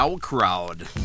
Crowd